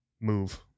move